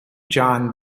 john